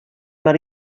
mar